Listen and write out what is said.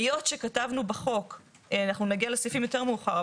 אנחנו נגיע לסעיפים יותר מאוחר,